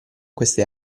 queste